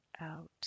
out